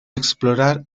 explorar